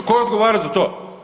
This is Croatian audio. Tko je odgovarao za to?